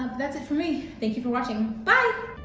um that's it for me. thank you for watching, bye!